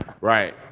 Right